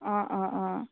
অ অ অ